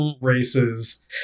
races